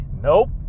Nope